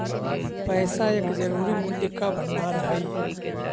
पैसा एक जरूरी मूल्य का भंडार हई